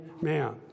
man